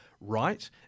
right